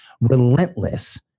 relentless